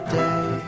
day